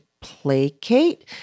placate